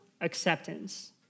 acceptance